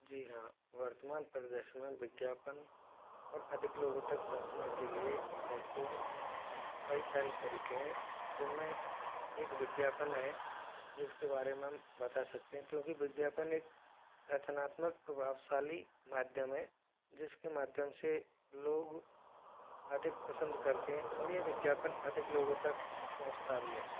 जी हाँ वर्तमान प्रदेश में विज्ञापन और अधिक लोगों तक पहुँचने के लिए मेहत्वपूर्ण कई सारे तरीक़े हैं जिन में एक विज्ञापन है जिसके बारे में हम बता सकते हैं क्योंकि विज्ञापन एक रचनात्मक प्रभावशाली माध्यम है जिसके माध्यम से लोग अधिक पसंद करते हैं और यह विज्ञापन अधिक लोगों तक पहुँचता भी है